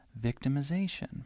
victimization